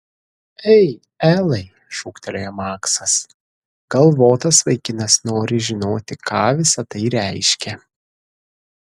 ei elai šūktelėjo maksas galvotas vaikinas nori žinoti ką visa tai reiškia